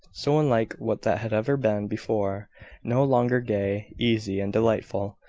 so unlike what that had ever been before no longer gay, easy, and delightful,